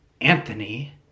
Anthony